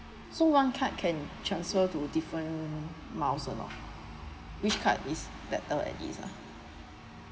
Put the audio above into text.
so one card can transfer to different mm miles or not which card is that uh like this ah